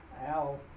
Al